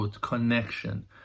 connection